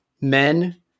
men